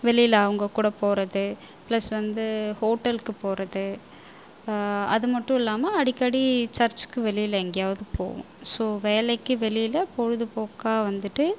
வெளியில் அவங்க கூட போகிறது பிளஸ் வந்து ஹோட்டலுக்கு போகிறது அது மட்டும் இல்லாமல் அடிக்கடி சர்ச்சுக்கு வெளியில் எங்கேயாவது போவோம் ஸோ வேலைக்கு வெளியில் பொழுது போக்காக வந்துட்டு